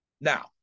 Now